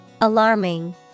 alarming